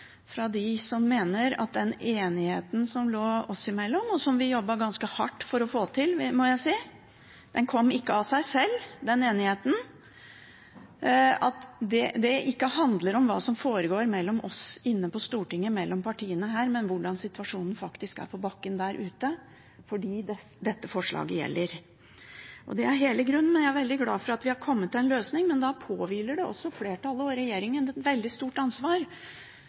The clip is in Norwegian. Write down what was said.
fra dem som mener at enigheten oss imellom, som vi jobbet ganske hardt for å få til, må jeg si – den enigheten kom ikke av seg selv – ikke handler om hva som foregår mellom oss inne på Stortinget, mellom partiene her, men om hvordan situasjonen er på bakken der ute, for dem dette forslaget gjelder. Det er hele grunnen. Jeg er veldig glad for at vi har kommet fram til en løsning, men da påhviler det også flertallet og regjeringen et veldig stort ansvar